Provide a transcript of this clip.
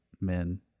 men